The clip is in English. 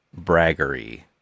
braggery